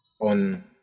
on